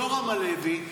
יורם הלוי,